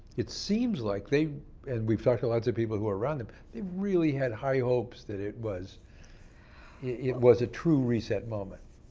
it seems like they and we've talked to lots of people who are around them they really had high hopes that it was it was a true reset moment.